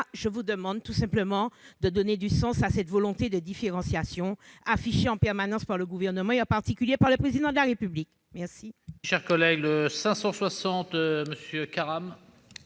Je vous demande tout simplement de donner du sens à la volonté de différenciation affichée en permanence par l'exécutif et, en particulier, par le Président de la République !